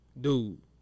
dude